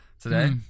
today